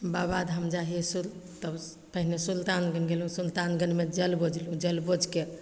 बाबाधाम जा हिए सु तब पहिने सुल्तानगञ्ज गेलहुँ सुल्तानगञ्जमे जल बोझलहुँ जल बोझिके